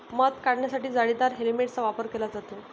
मध काढण्यासाठी जाळीदार हेल्मेटचा वापर केला जातो